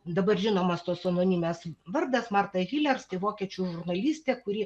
dabar žinomas tos anonimės vardas marta hilers tai vokiečių žurnalistė kuri